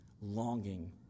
longing